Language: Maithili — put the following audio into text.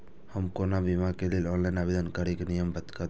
हम कोनो बीमा के लिए ऑनलाइन आवेदन करीके नियम बाताबू?